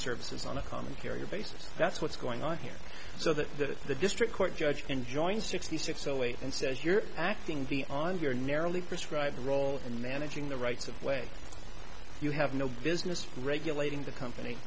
services on a common carrier basis that's what's going on here so that the district court judge can join sixty six zero eight and says you're acting be on your narrowly prescribe role in managing the rights of way you have no business regulating the company